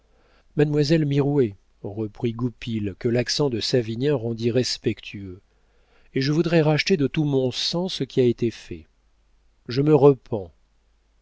mademoiselle mirouët reprit goupil que l'accent de savinien rendit respectueux et je voudrais racheter de tout mon sang ce qui a été fait je me repens